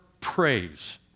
praise